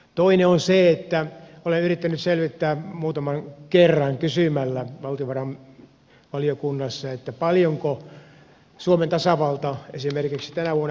toinen on se että olen yrittänyt selvittää muutaman kerran kysymällä valtiovarainvaliokunnassa paljonko suomen tasavalta esimerkiksi tänä vuonna investoi